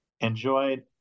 enjoyed